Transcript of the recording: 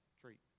treat